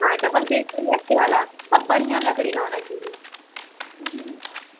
हाँ double bed चाहिए अच्छी वाला और बढ़िया लकड़ी का होना चाहिए